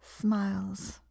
smiles